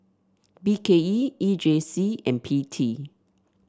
B K E E J C and P T